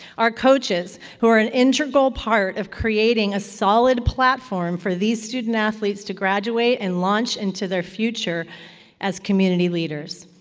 our coaches, who are an integral part of creating a solid platform for these student athletes to graduate and launch into their future as community leaders.